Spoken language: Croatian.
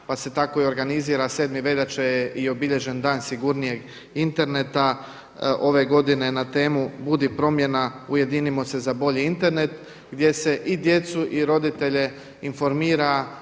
Pa se tako organizira 7. veljače je i obilježen Dan sigurnijeg interneta ove godine na temu „Budi promjena, ujedinimo se za bolji Internet“ gdje se i djecu i roditelje informira,